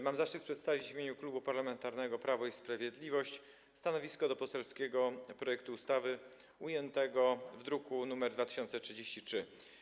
Mam zaszczyt przedstawić w imieniu Klubu Parlamentarnego Prawo i Sprawiedliwość stanowisko wobec poselskiego projektu ustawy ujętego w druku nr 2033.